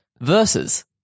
versus